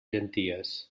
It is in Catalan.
llenties